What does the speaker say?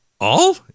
All